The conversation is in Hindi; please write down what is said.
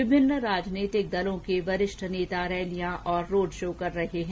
विभिन्न राजनीतिक दलों के वरिष्ठ नेता रैलियां और रोड शो कर रहे हैं